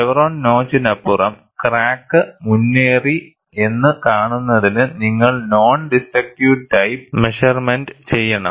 chevron നോച്ചിനപ്പുറം crack മുന്നേറി എന്നു കാണുന്നതിന് നിങ്ങൾക്ക് നോൺ ഡിസ്ട്രക്റ്റീവ് ടൈപ്പ് മെഷർമെന്റ ചെയ്യണം